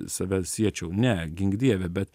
save siečiau ne gink dieve bet